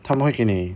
他们会给你